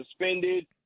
suspended